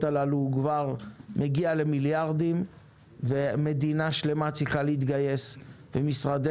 הללו כבר מגיע למיליארדים ומדינה שלמה צריכה להתגייס ומשרדי